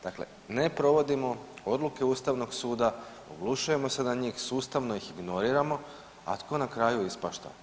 Dakle, ne provodimo odluke Ustavnog suda, oglušujemo se na njih, sustavno ih ignoriramo, a tko na kraju ispašta?